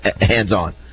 hands-on